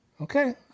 Okay